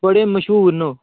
बड़े मश्हूर न ओह्